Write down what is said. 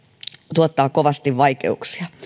tuottaa kovasti vaikeuksia